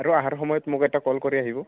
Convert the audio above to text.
আৰু অহাৰ সময়ত মোক এটা কল কৰি আহিব